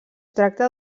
tracta